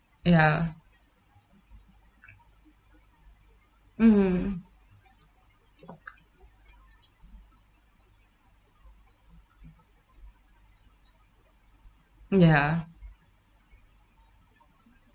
ya mm ya